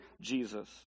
Jesus